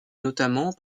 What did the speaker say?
notamment